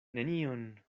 nenion